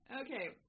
Okay